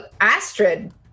Astrid